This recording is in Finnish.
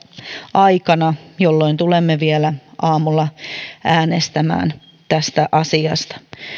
aikana jolloin tulemme vielä aamulla äänestämään tästä asiasta